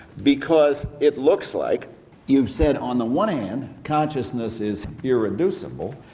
because it looks like you've said, on the one hand, consciousness is irreducible,